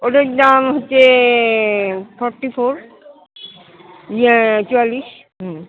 ওটার দাম হচ্ছে ফর্টি ফোর ইয়ে চুয়াল্লিশ হুম